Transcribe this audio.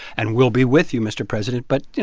and we'll be with you, mr. president, but, you